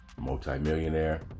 multimillionaire